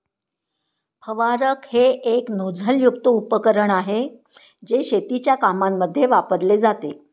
फवारक हे एक नोझल युक्त उपकरण आहे, जे शेतीच्या कामांमध्ये वापरले जाते